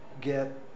get